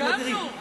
הקמנו.